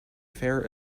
fair